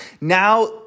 Now